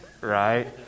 right